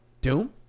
Doom